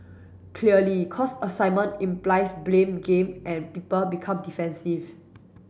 clearly cause assignment implies blame game and people become defensive